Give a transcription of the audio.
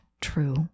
true